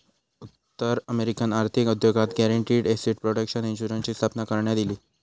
उत्तर अमेरिकन आर्थिक उद्योगात गॅरंटीड एसेट प्रोटेक्शन इन्शुरन्सची स्थापना करण्यात इली